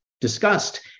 discussed